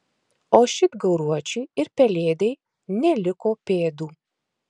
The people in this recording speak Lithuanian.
o šit gauruočiui ir pelėdai neliko pėdų